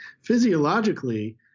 Physiologically